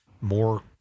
more